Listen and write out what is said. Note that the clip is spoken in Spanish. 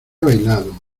bailado